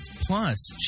Plus